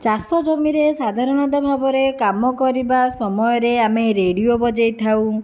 ଚାଷ ଜମିରେ ସାଧାରଣତଃ ଭାବରେ କାମ କରିବା ସମୟରେ ଆମେ ରେଡ଼ିଓ ବଜାଇଥାଉ